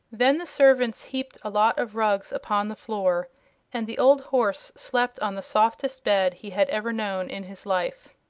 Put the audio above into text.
then the servants heaped a lot of rugs upon the floor and the old horse slept on the softest bed he had ever known in his life.